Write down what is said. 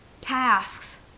tasks